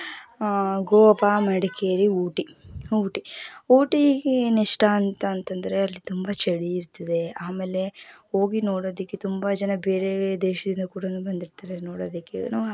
ಗೋವಾ ಮಡಿಕೇರಿ ಊಟಿ ಊಟಿ ಊಟಿಗೆ ಏನಿಷ್ಟ ಅಂತ ಅಂತಂದರೆ ಅಲ್ಲಿ ತುಂಬ ಚಳಿ ಇರ್ತದೆ ಆಮೇಲೆ ಹೋಗಿ ನೋಡೋದಕ್ಕೆ ತುಂಬ ಜನ ಬೇರೆ ಬೇರೆ ದೇಶದಿಂದ ಕೂಡಾ ಬಂದಿರ್ತಾರೆ ನೋಡೋದಕ್ಕೆ ನಾವು